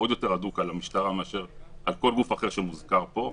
הוא עוד יותר הדוק מכל גוף אחר שמוזכר פה,